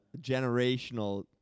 generational